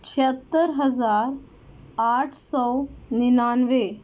چھہتر ہزار آٹھ سو نناوے